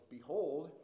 Behold